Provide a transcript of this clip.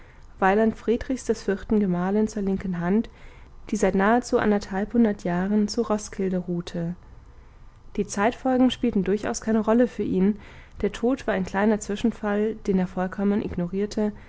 weiland friedrichs des vierten gemahlin zur linken hand die seit nahezu anderthalb hundert jahren zu roskilde ruhte die zeitfolgen spielten durchaus keine rolle für ihn der tod war ein kleiner zwischenfall den er vollkommen ignorierte